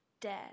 Dead